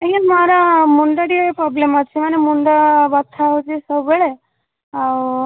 ଆଜ୍ଞା ମୋର ମୁଣ୍ଡ ଟିକେ ପ୍ରୋବ୍ଲେମ୍ ଅଛି ମାନେ ମୁଣ୍ଡ ବଥା ହେଉଛି ସବୁବେଳେ ଆଉ